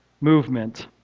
Movement